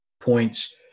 points